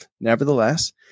Nevertheless